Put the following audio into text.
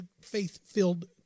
faith-filled